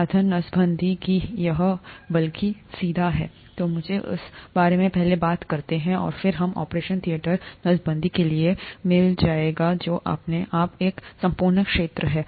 साधन नसबंदी कि यह बल्कि सीधा है तो मुझे उस बारे में पहले बात करते हैं और फिर हम ऑपरेशन थियेटर नसबंदी के लिए मिल जाएगा जो अपने आप में एक संपूर्ण क्षेत्र है